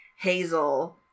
hazel